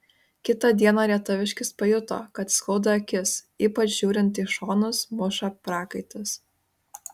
kitą dieną rietaviškis pajuto kad skauda akis ypač žiūrint į šonus muša prakaitas